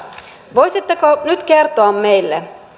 voisitteko nyt kertoa meille